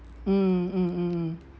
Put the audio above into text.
mm mm mm mm